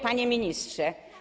Panie Ministrze!